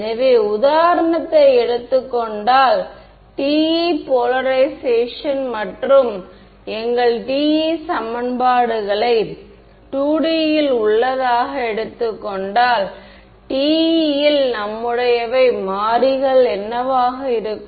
எனவே உதாரணத்தை எடுத்துக் கொண்டால் TE போலரைஷேஷன் மற்றும் எங்கள் TE சமன்பாடுகளை 2D இல் உள்ளதாக எடுத்துக்கொண்டால் TE இல் நம்முடையவை மாறிகள் என்னவாக இருக்கும்